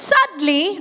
Sadly